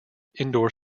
indoor